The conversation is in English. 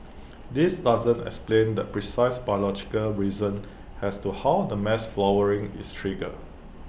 this doesn't explain the precise biological reason as to how the mass flowering is triggered